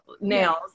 nails